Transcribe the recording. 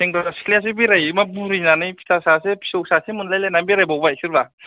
सेंग्रा सिख्लायासो बेरायो मा बुरैनानै फिसा सासे फिसौ सासे मोनलायलायनानै बेरायबावबाय सोरबा